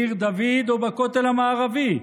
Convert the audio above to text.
בעיר דוד או בכותל המערבי,